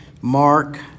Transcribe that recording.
mark